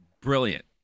Brilliant